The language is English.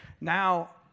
now